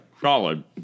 solid